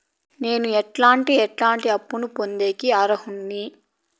నేను ఎట్లాంటి ఎట్లాంటి అప్పులు పొందేకి అర్హుడిని?